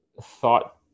thought